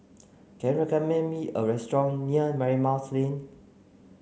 can you recommend me a restaurant near Marymount's Lane